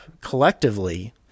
collectively